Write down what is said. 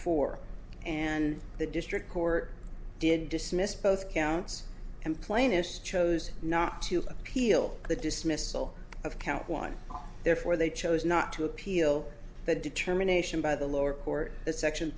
four and the district court did dismiss both counts and plaintiffs chose not to appeal the dismissal of count one therefore they chose not to appeal the determination by the lower court the section